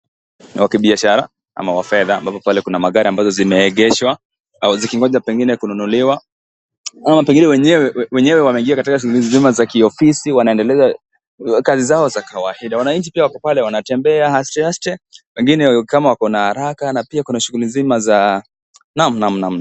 Wa kibiashara ama wa fedha, wako ambapo pale kuna magari ambazo zimeegeshwa, au kizingoja pengine kununuliwa ama pengine wenyewe wamejieka katika za kiofisi, wanaendeleza kazi zao za kawaida. Wananchi pia wako pale wanatembea asteaste wengine ni kama wako na haraka, wengine wako na shughuli zingine za namna namna.